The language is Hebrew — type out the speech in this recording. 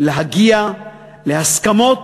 נגיע להסכמות,